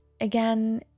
again